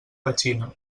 petxina